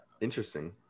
Interesting